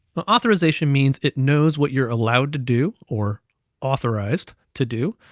the authorization means it knows what you're allowed to do, or authorized to do.